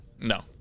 no